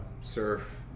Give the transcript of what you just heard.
surf